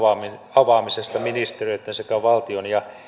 avaamisesta ministeriöitten sekä valtion ja